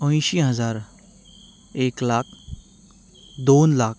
अंयशी हजार एक लाख दोन लाख